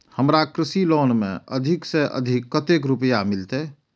हमरा कृषि लोन में अधिक से अधिक कतेक रुपया मिलते?